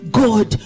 god